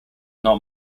not